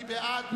מי בעד?